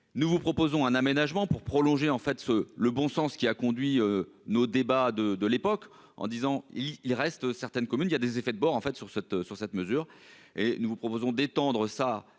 nous vous proposons un aménagement pour prolonger, en fait, ce le bon sens qui a conduit nos débats de de l'époque en disant il y reste, certaines communes il y a des effets de bord en fait sur cette sur cette mesure et nous vous proposons d'étendre ça